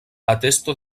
atesto